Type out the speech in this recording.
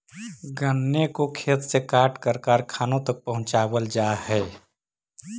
गन्ने को खेत से काटकर कारखानों तक पहुंचावल जा हई